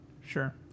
sure